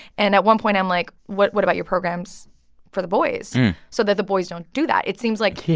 and at one point, i'm like, what what about your programs for the boys so that the boys don't do that? yeah it seems, like,